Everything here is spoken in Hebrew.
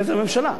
זה הממשלה.